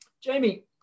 Jamie